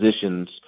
positions